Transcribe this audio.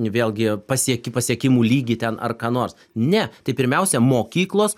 vėlgi pasieki pasiekimų lygį ten ar ką nors ne taip pirmiausia mokyklos